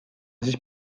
siis